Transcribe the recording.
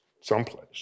someplace